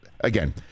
again